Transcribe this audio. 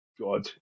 God